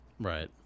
Right